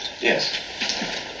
Yes